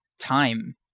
time